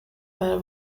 para